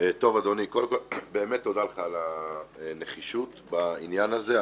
קודם כול, אדוני, תודה לך על הנחישות בעניין הזה.